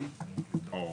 נכון?